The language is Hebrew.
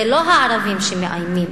זה לא הערבים שמאיימים,